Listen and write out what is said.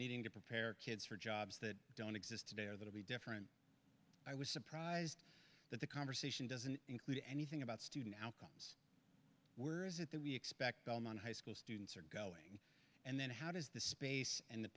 needing to prepare kids for jobs that don't exist today or that to be different i was surprised that the conversation doesn't include anything about student were is it that we expect on high school students are going and then how does the space and the